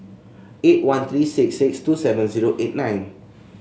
eight one three six six two seven zero eight nine